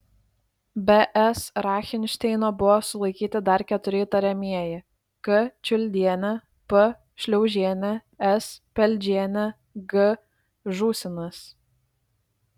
be s rachinšteino buvo sulaikyti dar keturi įtariamieji k čiuldienė p šliaužienė s peldžienė g žūsinas